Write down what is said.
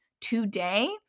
today